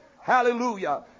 Hallelujah